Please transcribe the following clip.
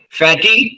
fatty